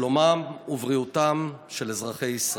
שלומם ובריאותם של אזרחי ישראל.